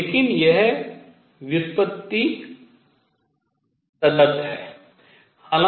लेकिन यह व्युत्पत्ति तदर्थ है